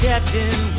Captain